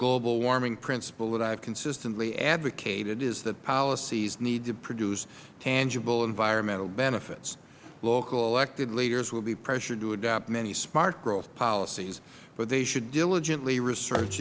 global warming principle that i consistently advocate is that policies need to produce tangible environmental benefits local elected leaders will be pressured to adopt many smart growth policies but they should diligently research